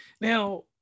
now